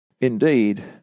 Indeed